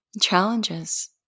challenges